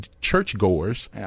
churchgoers